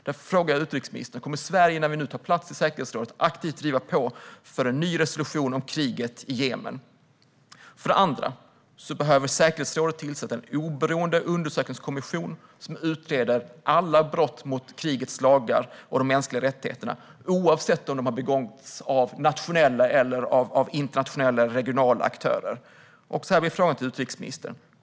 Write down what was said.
Därför frågar jag utrikesministern: Kommer Sverige, när vi tar plats i säkerhetsrådet, att aktivt driva på för en ny resolution om kriget i Jemen? För det andra behöver säkerhetsrådet tillsätta en oberoende undersökningskommission som utreder alla brott mot krigets lagar och de mänskliga rättigheterna, oavsett om de har begåtts av nationella eller av internationella eller regionala aktörer.